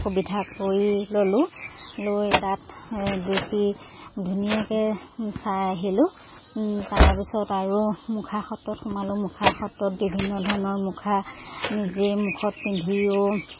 সুবিধা কৰি ল'লোঁ লৈ তাত দুখী ধুনীয়াকৈ চাই আহিলোঁ তাৰপিছত আৰু মুখা সত্ৰত সোমালোঁ মুখা সত্ৰত বিভিন্ন ধৰণৰ মুখা নিজে মুখত পিন্ধিও